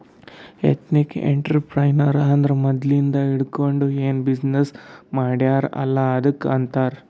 ethnic entrepreneurship ಅಂದುರ್ ಮದ್ಲಿಂದ್ ಹಿಡ್ಕೊಂಡ್ ಏನ್ ಬಿಸಿನ್ನೆಸ್ ಮಾಡ್ಯಾರ್ ಅಲ್ಲ ಅದ್ದುಕ್ ಆಂತಾರ್